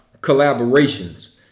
collaborations